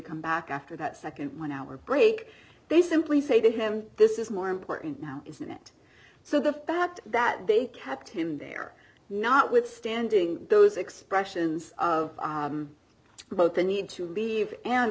come back after that nd one hour break they simply say to him this is more important now isn't it so the fact that they kept him there notwithstanding those expressions of both the need to leave and